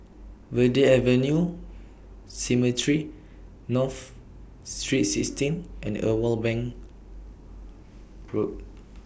Verde Avenue Cemetry North Saint sixteen and Irwell Bank Road